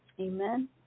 amen